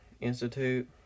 institute